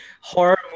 horror